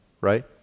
right